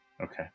Okay